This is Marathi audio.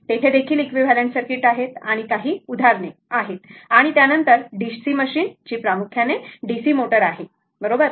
तेथे देखील इक्विव्हॅलंट सर्किट आहेत आणि काही उदाहरणे आणि त्या नंतर DC मशीन जी प्रामुख्याने डीसी मोटर आहे बरोबर